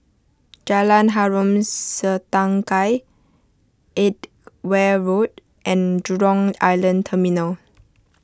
Jalan Harom Setangkai Edgware Road and Jurong Island Terminal